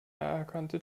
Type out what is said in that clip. erkannte